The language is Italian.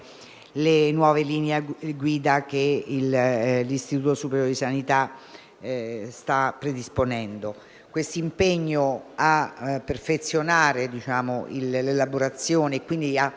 le nuove linee guida che l'Istituto superiore di sanità sta predisponendo. Questo impegno a perfezionare l'elaborazione e quindi